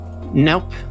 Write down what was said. Nope